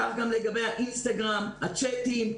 כך גם לגבי האינסטגרם, הצ'טים.